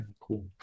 cool